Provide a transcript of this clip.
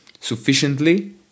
sufficiently